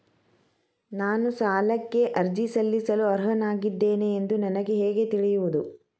ನಾನು ಸಾಲಕ್ಕೆ ಅರ್ಜಿ ಸಲ್ಲಿಸಲು ಅರ್ಹನಾಗಿದ್ದೇನೆ ಎಂದು ನನಗೆ ಹೇಗೆ ತಿಳಿಯುವುದು?